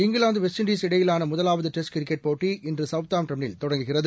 England Indies இடையிலானமுதலாவதுடெஸ்ட் cricket போட்டி இன்றுசவுத்தாம்டனில் தொடங்குகிறது